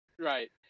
Right